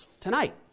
tonight